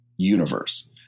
universe